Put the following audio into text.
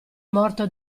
morto